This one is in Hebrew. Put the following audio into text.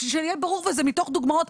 שיהיה ברור, וזה מתוך דוגמאות.